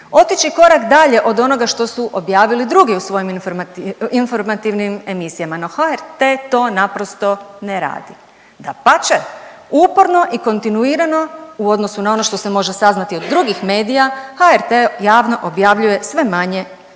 otići korak dalje od onoga što su objavili drugi u svojim informativnim emisijama, no HRT to naprosto ne radi. Dapače, uporno i kontinuirano u odnosu na ono što se može saznati od drugih medija, HRT javno objavljuje sve manje i manje.